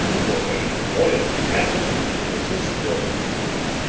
for a boiled rabbit is a spoiled rabbit.